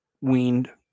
weaned